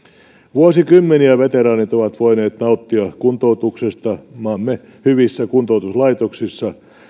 vuosikymmeniä veteraanit ovat voineet nauttia kuntoutuksesta maamme hyvissä kuntoutuslaitoksissa